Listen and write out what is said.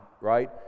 right